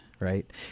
Right